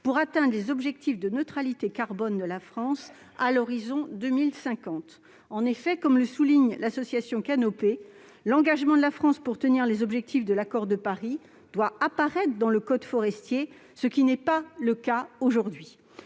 pour atteindre les objectifs de neutralité carbone de la France à l'horizon de 2050. En effet, comme le souligne l'association Canopée, l'engagement de la France pour tenir les objectifs de l'accord de Paris doit apparaître dans le code forestier, ce qui n'est pas le cas aujourd'hui.